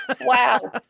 Wow